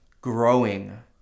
growing